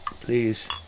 please